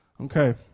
Okay